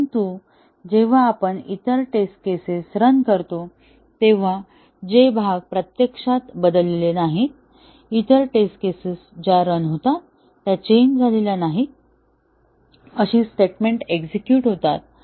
परंतु जेव्हा आपण इतर टेस्ट केसेस रन करतो तेव्हा जे भाग प्रत्यक्षात बदललेले नाहीत इतर टेस्ट केसेस ज्या रन होतात ज्या चेंज झालेल्या नाहीत अशी स्टेटमेंट एक्झेक्युट होतात